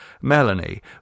Melanie